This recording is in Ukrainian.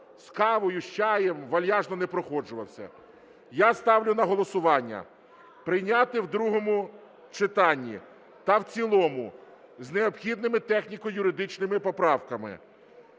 з кавою, з чаєм, вальяжно не проходжувався. Я ставлю на голосування прийняти в другому читанні та в цілому з необхідними техніко-юридичними поправками